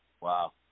Wow